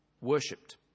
worshipped